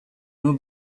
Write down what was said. nur